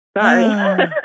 Sorry